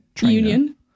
Union